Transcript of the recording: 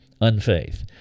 unfaith